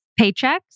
Paychecks